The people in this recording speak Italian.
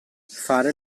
fare